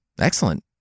Excellent